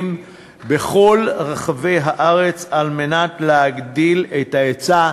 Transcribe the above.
בכל רחבי הארץ על מנת להגדיל את ההיצע.